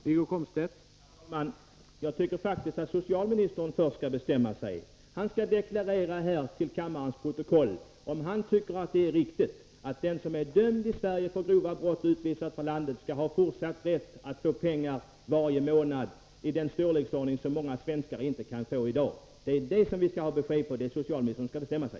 Herr talman! Jag tycker faktiskt att socialministern först skall bestämma sig. Han skall deklarera här till kammarens protokoll, om han tycker att det är riktigt att den som är dömd i Sverige för grova brott och är utvisad från landet skall ha fortsatt rätt att få pengar varje månad i den storleksordning som många svenskar inte kan få i dag. Det är det som vi skall ha besked om. Det är socialministern som skall bestämma sig.